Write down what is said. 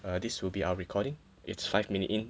uh this will be our recording it's five minute in